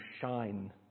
shine